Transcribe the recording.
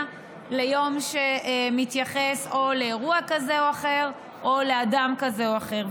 ליום שמתייחס לאירוע כזה או אחר או לאדם כזה או אחר,